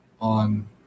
on